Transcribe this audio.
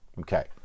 okay